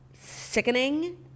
sickening